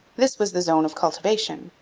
this was the zone of cultivation,